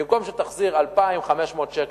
במקום שתחזיר 2,500 שקל,